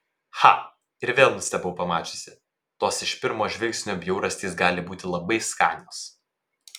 cha ir vėl nustebau pamačiusi tos iš pirmo žvilgsnio bjaurastys gali būti labai skanios